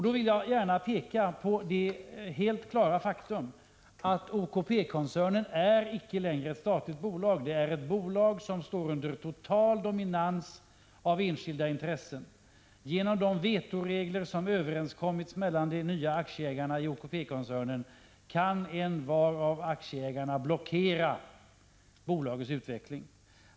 Det är ett klart faktum att OKP-koncernen icke längre är ett statligt bolag, utan det är ett bolag som står under total dominans av enskilda intressen. Genom de vetoregler som har överenskommits mellan de nya aktieägarna i OKP-koncernen kan var och en av aktieägarna blockera bolagets utveckling.